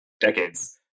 decades